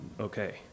okay